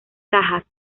cajas